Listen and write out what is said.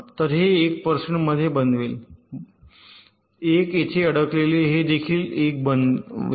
तर हे 1 बनवेल 1 येथे अडकलेले हे देखील 1 बनवेल